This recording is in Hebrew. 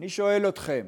אני שואל אתכם,